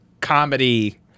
comedy